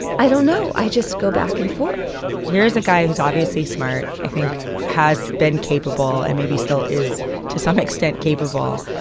i don't know. i just go back and forth here's a guy who's obviously smart, i think has been capable and maybe still is to some extent capable.